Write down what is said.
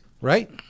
right